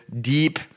deep